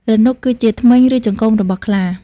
រនុកគឺជាធ្មេញ ឬចង្កូមរបស់ខ្លា។